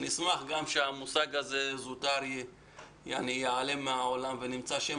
נשמח גם שהמושג זוטר ייעלם מהעולם ונמצא שם